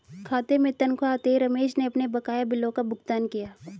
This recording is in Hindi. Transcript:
खाते में तनख्वाह आते ही रमेश ने अपने बकाया बिलों का भुगतान किया